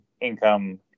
income